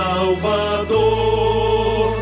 Salvador